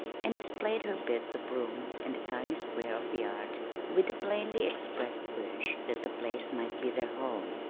and displayed her bits of rooms and the tiny square of yard with the plainly expressed wish that the place might be their home.